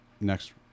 next